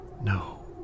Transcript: No